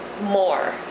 more